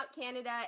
Canada